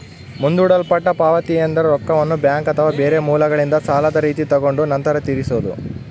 ಮುಂದೂಡಲ್ಪಟ್ಟ ಪಾವತಿಯೆಂದ್ರ ರೊಕ್ಕವನ್ನ ಬ್ಯಾಂಕ್ ಅಥವಾ ಬೇರೆ ಮೂಲಗಳಿಂದ ಸಾಲದ ರೀತಿ ತಗೊಂಡು ನಂತರ ತೀರಿಸೊದು